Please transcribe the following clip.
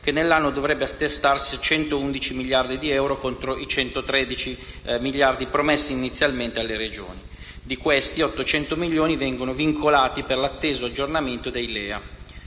che nell'anno dovrebbe attestarsi su 111 miliardi di euro, contro i 113 miliardi promessi inizialmente alle Regioni; di questi, 800 milioni di euro vengono vincolati per l'atteso aggiornamento dei LEA.